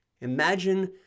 Imagine